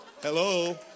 Hello